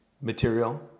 material